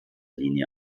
linie